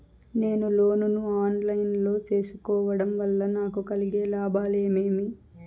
నేను లోను ను online లో సేసుకోవడం వల్ల నాకు కలిగే లాభాలు ఏమేమీ?